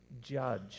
judge